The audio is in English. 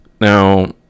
Now